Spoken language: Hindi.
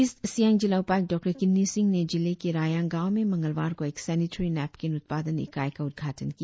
ईस्ट सियांग जिला उपायुक्त डॉ किन्नी सिंह ने जिले के रायांग गांव में मंगलवार को एक सेनीटेरी नैपकिन उत्पादन इकाई का उद्घाटन किया